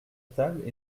table